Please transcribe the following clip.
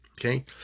Okay